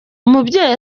umubyeyi